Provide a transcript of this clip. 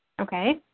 Okay